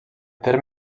terme